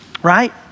Right